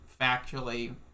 factually